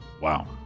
wow